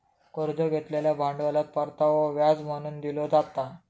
कर्ज घेतलेल्या भांडवलात परतावो व्याज म्हणून दिलो जाता